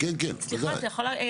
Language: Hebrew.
זה הזמן לשאול.